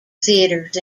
theaters